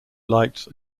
lights